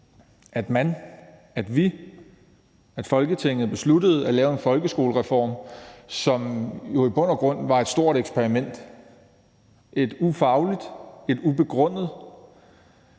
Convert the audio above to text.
at man, at vi, at Folketinget besluttede at lave en folkeskolereform, som jo i bund og grund var et stort eksperiment, et ufagligt, et ubegrundet